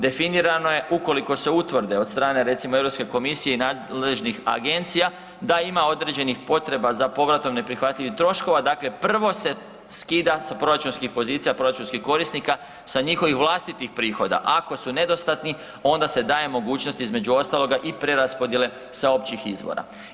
Definirano je ukoliko se utvrde od strane recimo Europske komisije i nadležnih agencija, da ima određenih potreba za povratom neprihvatljivih troškova, dakle prvo se skida sa proračunskih pozicija i proračunskih korisnika sa njihovih vlastitih prihoda, a ako su nedostatni onda se daje mogućnost između ostaloga i preraspodjele sa općih izvora.